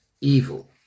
evil